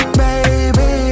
baby